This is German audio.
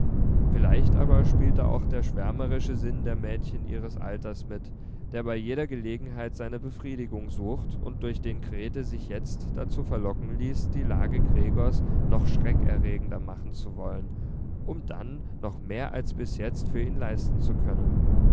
vielleicht aber spielte auch der schwärmerische sinn der mädchen ihres alters mit der bei jeder gelegenheit seine befriedigung sucht und durch den grete jetzt sich dazu verlocken ließ die lage gregors noch schreckenerregender machen zu wollen um dann noch mehr als bis jetzt für ihn leisten zu können